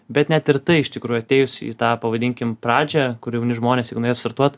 bet net ir tai iš tikrųjų atėjus į tą pavadinkim pradžią kur jauni žmonės jeigu norėtų startuot